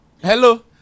Hello